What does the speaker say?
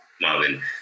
Marvin